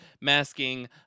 masking